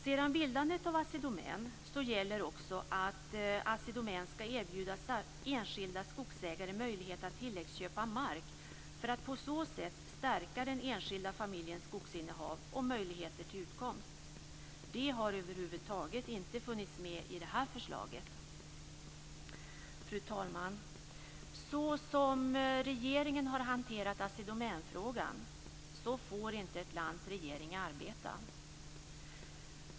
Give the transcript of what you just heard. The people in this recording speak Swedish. Sedan bildandet av Assi Domän gäller också att Assi Domän skall erbjuda enskilda skogsägare möjlighet att tilläggsköpa mark för att på så sätt stärka den enskilda familjens skogsinnehav och möjlighet till utkomst. Det har över huvud taget inte funnits med i det här förslaget. Fru talman! Så som regeringen hanterat Assi Domänfrågan får inte ett lands regering arbeta.